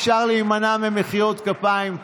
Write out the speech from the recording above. אפשר להימנע ממחיאות כפיים.